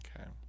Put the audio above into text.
Okay